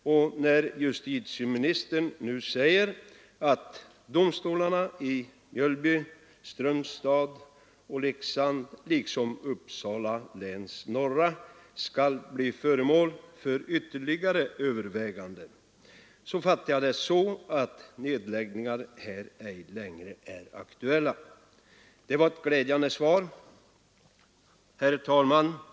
När justitieministern nu säger att domkretsfrågorna när det gäller domstolarna i Mjölby, Strömstad och Leksand liksom när det gäller Uppsala läns norra tingsrätt skall bli föremål för ytterligare överväganden, fattar jag det så att nedläggningar här ej längre är aktuella. Det var ett glädjande besked. Herr talman!